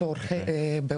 משתנה.